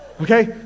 Okay